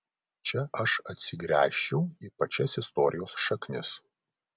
čia aš atsigręžčiau į pačias istorijos šaknis